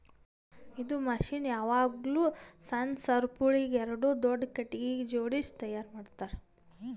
ಇದು ಮಷೀನ್ ಯಾವಾಗ್ಲೂ ಸಣ್ಣ ಸರಪುಳಿಗ್ ಎರಡು ದೊಡ್ಡ ಖಟಗಿಗ್ ಜೋಡ್ಸಿ ತೈಯಾರ್ ಮಾಡ್ತರ್